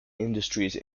industries